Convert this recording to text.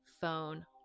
phone